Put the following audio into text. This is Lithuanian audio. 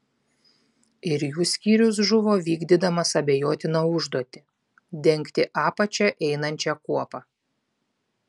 ir jų skyrius žuvo vykdydamas abejotiną užduotį dengti apačia einančią kuopą